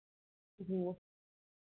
जी